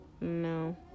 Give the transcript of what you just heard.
No